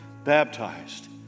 Baptized